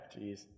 Jeez